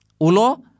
ulo